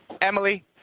Emily